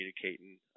communicating